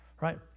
Right